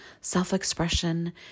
Self-expression